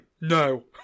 No